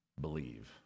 believe